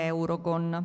Eurogon